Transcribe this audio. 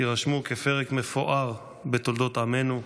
יירשם כפרק מפואר בתולדות עמנו,